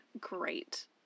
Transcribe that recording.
great